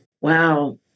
Wow